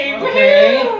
Okay